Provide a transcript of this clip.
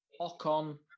Ocon